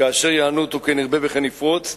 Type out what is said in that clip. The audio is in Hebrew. כאשר יענו אותו, כן ירבה וכן יפרוץ,